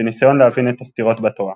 בניסיון להבין את הסתירות בתורה.